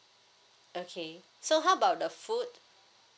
okay so how about the food